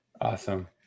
Awesome